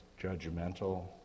judgmental